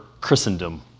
Christendom